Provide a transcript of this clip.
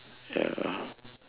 ya